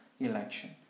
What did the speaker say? election